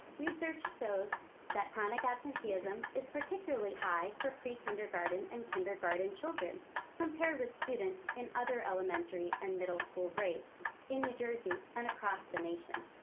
research shows so that chronic absenteeism is particularly high for prekindergarten and kindergarten children compared with students in other elementary and middle school grades in new jersey and across the nation.